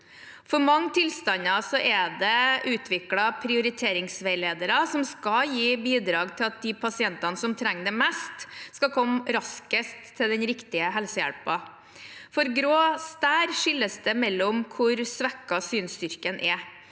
For mange tilstander er det utviklet prioriteringsveiledere som skal bidra til at de pasientene som trenger det mest, skal komme raskest til den riktige helsehjelpen. For grå stær skilles det mellom hvor svekket synsstyrken er.